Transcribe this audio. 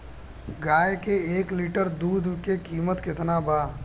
गाय के एक लीटर दुध के कीमत केतना बा?